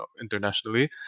internationally